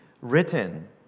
Written